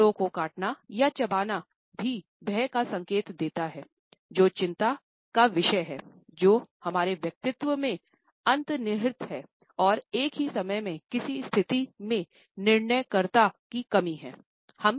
होठों को काटना या चबाना भी भय का संकेत देता है जो चिंता का विषय है जो हमारे व्यक्तित्व में अंतर्निहित हैं और एक ही समय में किसी स्थिति में निर्णायकता की कमी है